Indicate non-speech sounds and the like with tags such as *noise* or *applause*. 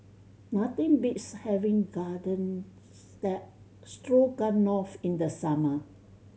nothing beats having Garden *unintelligible* Stroganoff in the summer